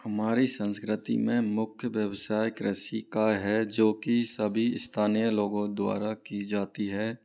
हमारी संस्कृति में मुख्य व्यवसाय कृषि का है जो कि सभी स्थानीय लोगों द्वारा की जाती है